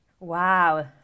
Wow